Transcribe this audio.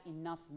enough